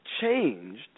changed